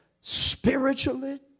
spiritually